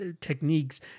techniques